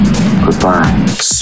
Goodbye